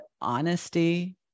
honesty